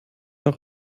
auch